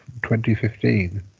2015